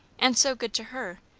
and so good to her!